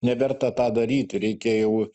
neverta tą daryti reikia jau